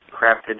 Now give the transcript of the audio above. crafted